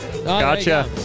Gotcha